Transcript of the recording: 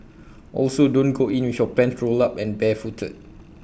also don't go in with your pants rolled up and barefooted